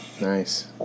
Nice